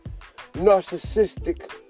narcissistic